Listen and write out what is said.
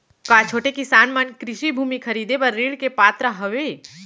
का छोटे किसान मन कृषि भूमि खरीदे बर ऋण के पात्र हवे?